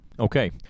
Okay